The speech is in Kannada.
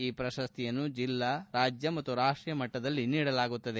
ಈ ಪ್ರಶಸ್ತಿಯನ್ನು ಜೆಲ್ಲಾ ರಾಜ್ಯ ಮತ್ತು ರಾಷ್ಟೀಯ ಮಟ್ಟದಲ್ಲಿ ನೀಡಲಾಗುತ್ತದೆ